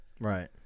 Right